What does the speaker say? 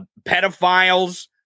pedophiles